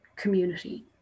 community